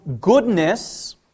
goodness